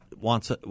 wants